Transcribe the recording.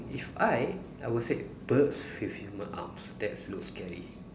if I I will say birds with human arms that's look scary